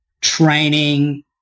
training